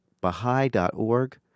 baha'i.org